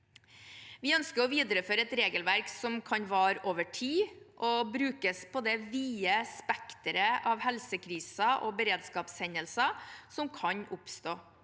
Vi ønsker å videreføre et regelverk som kan vare over tid og brukes på det vide spekteret av helsekriser og beredskapshendelser som kan oppstå.